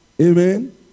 Amen